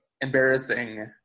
embarrassing